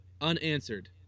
unanswered